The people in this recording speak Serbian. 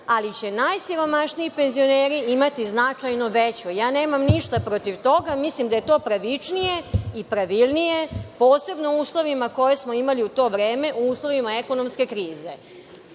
ali će najsiromašniji penzioneri imati značajno veću. Ja nemam ništa protiv toga, mislim da je to pravičnije i pravilnije, posebno u uslovima koje smo imali u to vreme, u uslovima ekonomske krize. To